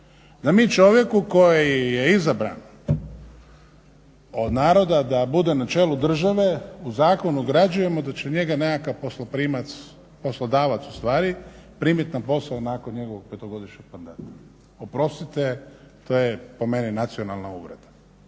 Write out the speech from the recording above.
Da mi čovjeku koji je izabran od naroda da bude na čelu države u zakon ugrađujemo da će njega nekakav posloprimac, poslodavac u stvari primiti na posao nakon njegovog petogodišnjeg mandata. Oprostite, to je po meni nacionalna uvreda.